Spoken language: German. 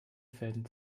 fäden